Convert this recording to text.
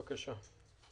בבקשה.